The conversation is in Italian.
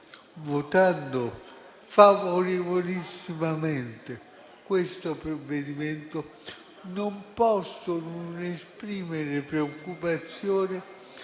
votando favorevolissimamente questo provvedimento, non posso non esprimere preoccupazione